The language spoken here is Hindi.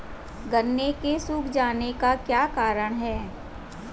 गन्ने के सूख जाने का क्या कारण है?